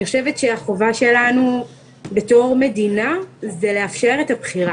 אני חושבת שהחובה שלנו בתור מדינה היא לאפשר את הבחירה.